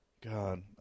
god